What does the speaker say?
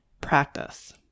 practice